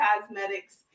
cosmetics